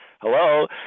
Hello